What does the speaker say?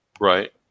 right